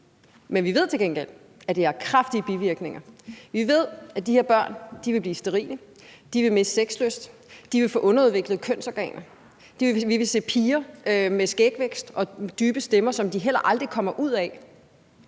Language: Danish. Men vi ved til gengæld, at det har kraftige bivirkninger. Vi ved, at de her børn vil blive sterile. De vil miste sexlyst, og de vil få underudviklede kønsorganer. Vi vil se piger med skægvækst og dybe stemmer, som de heller aldrig kommer af